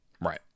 Right